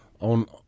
on